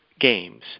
Games